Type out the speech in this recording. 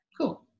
Cool